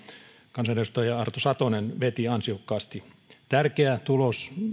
kansanedustaja arto satonen veti ansiokkaasti tärkeä tulos